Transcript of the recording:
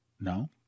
No